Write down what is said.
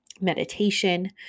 meditation